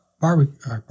barbecue